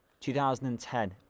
2010